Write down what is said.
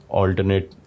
alternate